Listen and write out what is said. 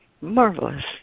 Marvelous